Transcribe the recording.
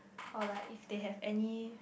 or like if they have any